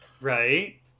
right